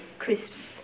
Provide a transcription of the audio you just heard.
crisps